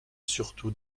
surtout